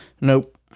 Nope